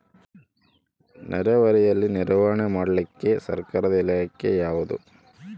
ನೇರಾವರಿಯಲ್ಲಿ ನಿರ್ವಹಣೆ ಮಾಡಲಿಕ್ಕೆ ಸರ್ಕಾರದ ಇಲಾಖೆ ಯಾವುದು?